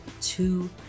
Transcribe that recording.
two